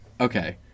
Okay